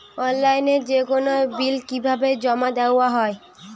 অনলাইনে যেকোনো বিল কিভাবে জমা দেওয়া হয়?